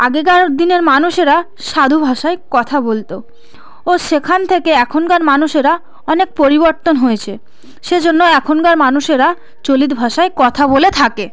আগেকার দিনের মানুষেরা সাধু ভাষায় কথা বলত ও সেখান থেকে এখনকার মানুষেরা অনেক পরিবর্তন হয়েছে সেজন্য এখনকার মানুষেরা চলিত ভাষায় কথা বলে থাকে